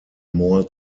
more